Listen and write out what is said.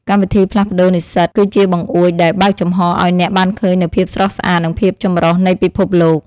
កម្មវិធីផ្លាស់ប្តូរនិស្សិតគឺជាបង្អួចដែលបើកចំហរឱ្យអ្នកបានឃើញនូវភាពស្រស់ស្អាតនិងភាពចម្រុះនៃពិភពលោក។